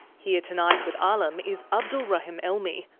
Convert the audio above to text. here tonight with alim is abdul rahim elmi,